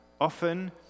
often